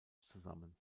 zusammen